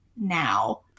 now